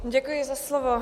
Děkuji za slovo.